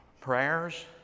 Prayers